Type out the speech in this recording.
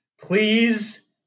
please